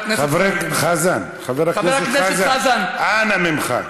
חבר הכנסת חזן, אנא ממך.